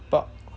but